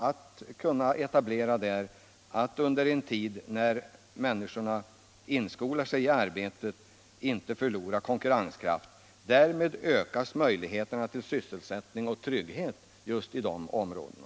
När företagen etablerar sig där skall de inte under den tid när personalen skolas in i arbetet förlora i konkurrenskraft. Därmed ökas möjligheterna till sysselsättning och trygghet i just de områdena.